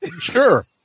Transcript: sure